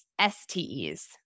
STEs